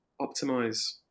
optimize